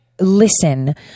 listen